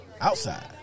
Outside